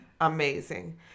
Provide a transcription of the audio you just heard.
Amazing